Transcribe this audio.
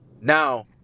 Now